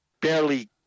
barely